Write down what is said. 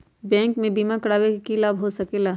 Bank से बिमा करावे से की लाभ होई सकेला?